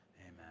Amen